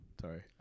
Sorry